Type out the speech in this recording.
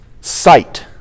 sight